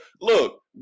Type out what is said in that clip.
look